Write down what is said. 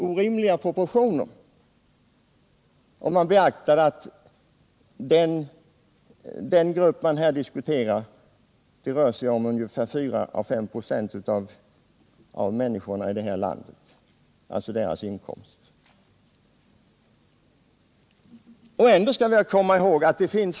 Vi diskuterar i detta sammanhang inkomsterna för 4 å 5 96 av män = Jordbrukspolitiniskorna i detta land.